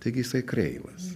taigi jisai kreivas